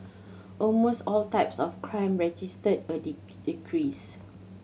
almost all types of crime registered a decrease